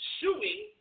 suing